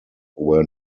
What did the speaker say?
were